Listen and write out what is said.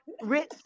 Rich